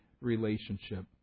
relationship